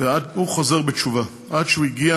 הוא חוזר בתשובה, ועד שהוא הגיע